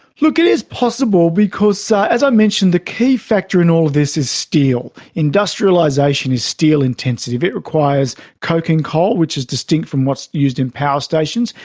look, it is possible because, ah as i mentioned, the key factor in all of this is steel. industrialisation is steel intensive, it requires coking coal, which is distinct from what's used in power stations,